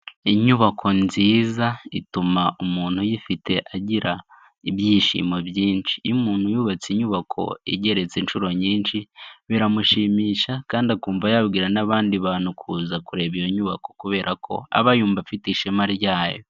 Inyubako nziza ituma umuntu uyifite agira ibyishimo byinshi, iyo umuntu yubatse inyubako igeretse inshuro nyinshi biramushimisha kandi akumva yabwira n'abandi bantu kuza kureba iyo nyubako kubera ko aba yumva afite ishema ryayo.